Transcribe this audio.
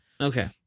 Okay